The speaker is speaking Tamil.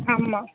ஆமாம்